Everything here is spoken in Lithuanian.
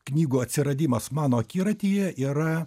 knygų atsiradimas mano akiratyje yra